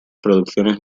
producciones